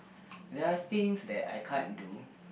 there are things that I can't do